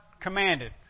commanded